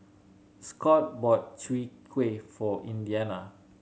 Scot bought Chwee Kueh for Indiana